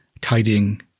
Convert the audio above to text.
tidying